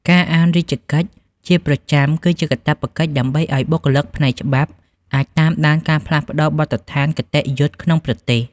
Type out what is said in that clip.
ការអាន "រាជកិច្ច" ជាប្រចាំគឺជាកាតព្វកិច្ចដើម្បីឱ្យបុគ្គលិកផ្នែកច្បាប់អាចតាមដានការផ្លាស់ប្តូរបទដ្ឋានគតិយុត្តិក្នុងប្រទេស។